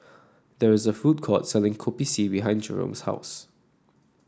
there is a food court selling Kopi C behind Jerome's house